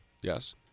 Yes